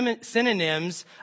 synonyms